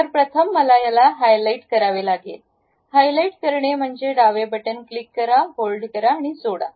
तर प्रथम मला याला हायलाइट करावे लागेल हायलाइट करणे म्हणजे डावे बटण क्लिक करा होल्ड करा आणि सोडा